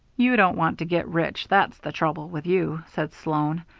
you don't want to get rich, that's the trouble with you, said sloan,